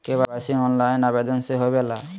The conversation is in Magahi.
के.वाई.सी ऑनलाइन आवेदन से होवे ला?